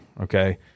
Okay